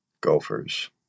Gophers